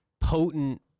potent